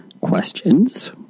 questions